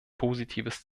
positives